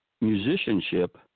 musicianship